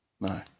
No